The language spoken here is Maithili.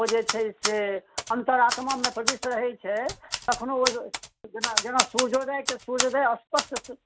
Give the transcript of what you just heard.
ओ जे छै से अन्तरात्मामे प्रविष्ट रहैत छै कखनो ओ जेना जेना सूर्योदयके सूर्योदय अस्तो होइत छै